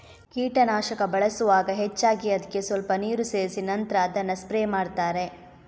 ಕೀಟನಾಶಕ ಬಳಸುವಾಗ ಹೆಚ್ಚಾಗಿ ಅದ್ಕೆ ಸ್ವಲ್ಪ ನೀರು ಸೇರಿಸಿ ನಂತ್ರ ಅದನ್ನ ಸ್ಪ್ರೇ ಮಾಡ್ತಾರೆ